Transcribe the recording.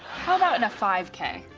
how about in a five k?